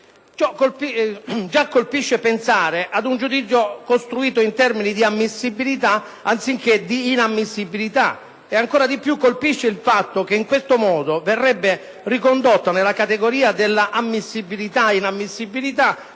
Giacolpisce pensare ad un giudizio costruito in termini di ammissibilita, anziche´ di inammissibilita; e, ancora di piu, colpisce il fatto che in questo modo verrebbe ricondotto nella categoria dell’ammissibilitao inammissibilita